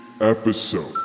episode